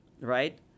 right